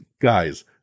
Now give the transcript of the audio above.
Guys